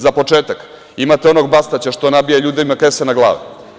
Za početak, imate onog Bastaća što nabija ljudima kese na glavu.